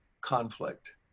conflict